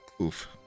Oof